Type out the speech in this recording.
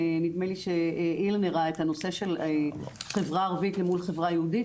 נדמה לי שאילן הראה את הנושא של חברה ערבית למול חברה יהודית,